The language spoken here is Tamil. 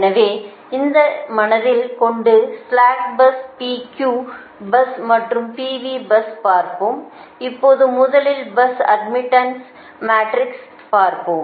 எனவே இதை மனதில் கொண்டு ஸ்லாக் பஸ் PQ பஸ்மற்றும் PV பஸ்பார்ப்போம்இப்போது முதலில் பஸ் அட்மிட்டன்ஸ் மேட்ரிக்ஸை பார்ப்போம்